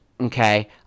Okay